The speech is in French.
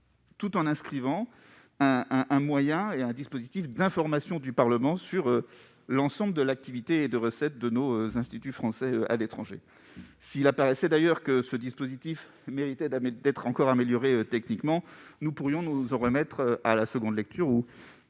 tout en prévoyant un moyen et un dispositif d'information du Parlement sur l'ensemble de l'activité de recette des instituts français à l'étranger. S'il apparaissait que ce dispositif doit encore être amélioré techniquement, nous pourrions nous en remettre à la seconde lecture